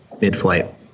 mid-flight